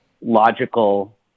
logical